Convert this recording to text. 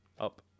up